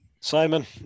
Simon